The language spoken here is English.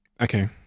Okay